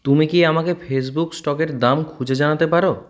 তুমি কি আমাকে ফেসবুক স্টকের দাম খুঁজে জানাতে পারো